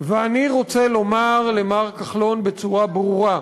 ואני רוצה לומר למר כחלון בצורה ברורה: